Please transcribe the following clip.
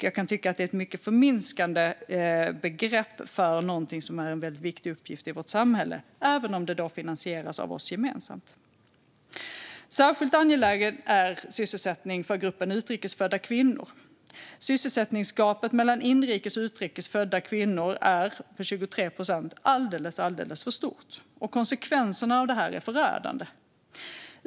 Jag tycker att det är ett mycket förminskande begrepp för någonting som är en väldigt viktig uppgift i vårt samhälle, även om det finansieras av oss gemensamt. Särskilt angeläget är sysselsättning för gruppen utrikes födda kvinnor. Sysselsättningsgapet mellan inrikes och utrikes födda kvinnor på 23 procent är alldeles för stort, och konsekvenserna av det är förödande.